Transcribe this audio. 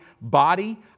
Body